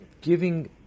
giving